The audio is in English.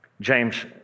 James